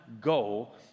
goal